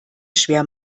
schwer